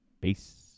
Peace